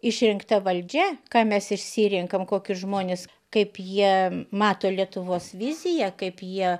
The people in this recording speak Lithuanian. išrinkta valdžia ką mes išsirenkam kokius žmones kaip jie mato lietuvos viziją kaip jie